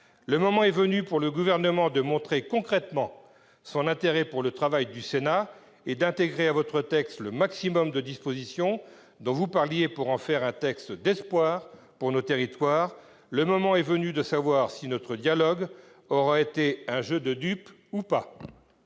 Le moment est venu pour le Gouvernement de montrer concrètement son intérêt pour le travail du Sénat et d'intégrer à son texte le « maximum » de ces dispositions dont vous nous parliez, monsieur le ministre, afin d'en faire un texte d'espoir pour nos territoires. Le moment est venu de savoir si notre dialogue aura été un jeu de dupes ou pas